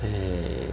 mm